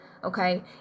Okay